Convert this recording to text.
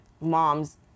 moms